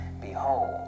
Behold